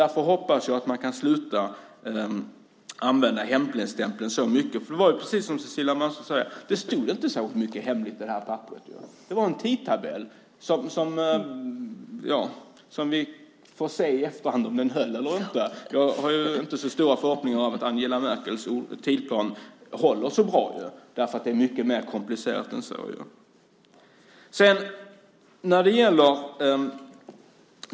Därför hoppas jag att man kan sluta att använda hemligstämpeln så mycket. Det var precis som Cecilia Malmström säger; det stod inte särskilt mycket hemligt i det här papperet. Det var en tidtabell, och vi får se i efterhand om den höll eller inte. Jag har inte så stora förhoppningar om att Angela Merkels tidsplan håller så bra. Det är mycket mer komplicerat än så.